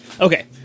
Okay